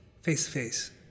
face-to-face